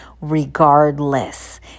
regardless